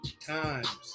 times